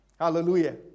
hallelujah